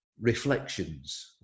reflections